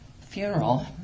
funeral